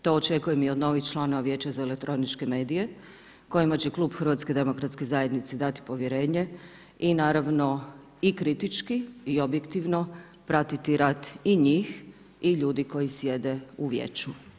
To očekujem i od novih članova Vijeća za elektroničke medije kojima će klub HDZ-a dati povjerenje i naravno i kritički i objektivno pratiti rad i njih i ljudi koji sjede u vijeću.